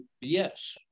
yes